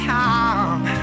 time